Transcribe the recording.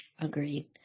Agreed